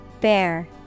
Bear